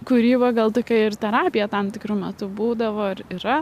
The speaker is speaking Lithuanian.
kūryba gal tokia ir terapija tam tikru metu būdavo ir yra